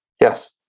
Yes